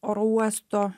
oro uosto